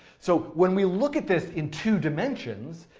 so when we look at this in two dimensions,